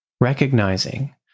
recognizing